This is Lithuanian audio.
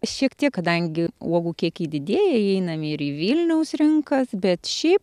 šiek tiek kadangi uogų kiekiai didėja įeiname į vilniaus rinkas bet šiaip